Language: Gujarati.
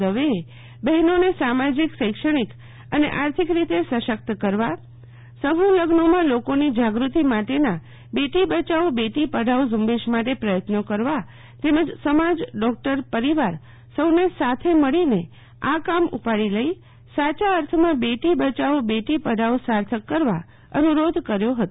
દવેએ બહેનોને સામાજીક શૈક્ષણિક અને આર્થિક રીતે સ શકત કરવા સમુહ લઝ્નોમાં લોકોની જાગૃતિ માટેના બેટી બયાવો બેટી પઢાઓ ઝુંબેશ માટે પ્રથત્નોે કરવા તેમજ સમાજ ડોકટર પરિવાર સૌ ને સાથે મળીને આ કામ ઉપાડી લઇ સાયા અર્થમાં બેટી બયાવો બેટી પઢાઓ સાર્થક કરવા અનુરોધ કર્યો હતો